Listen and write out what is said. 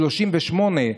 38,